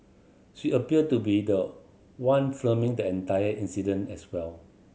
she appear to be the one filming the entire incident as well